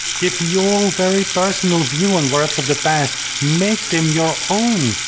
give your very personal view on works of the past, make them your own,